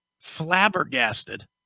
flabbergasted